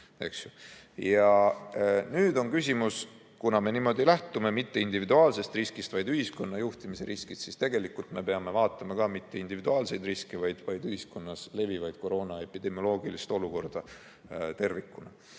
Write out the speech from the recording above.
Ja nüüd on küsimus, et kuna me ei lähtu mitte individuaalsest riskist, vaid ühiskonna juhtimise riskist, siis tegelikult ei pea me vaatama mitte individuaalseid riske, vaid ühiskonnas leviva koroona epidemioloogilist olukorda tervikuna.